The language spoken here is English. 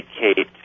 indicate